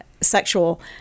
sexual